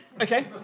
Okay